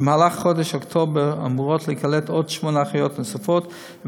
במהלך חודש אוקטובר אמורות להיקלט שמונה אחיות נוספות,